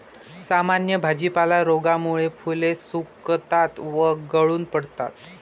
सामान्य भाजीपाला रोगामुळे फुले सुकतात व गळून पडतात